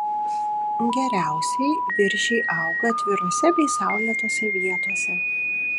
geriausiai viržiai auga atvirose bei saulėtose vietose